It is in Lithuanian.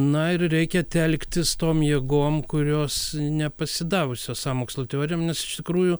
na ir reikia telktis tom jėgom kurios nepasidavusios sąmokslo teorijom nes iš tikrųjų